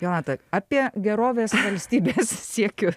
jolanta apie gerovės valstybės siekiu